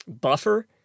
buffer